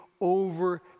over